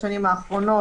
בשמחה רבה.